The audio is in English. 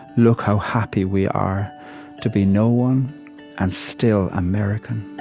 look how happy we are to be no one and still american.